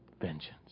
Vengeance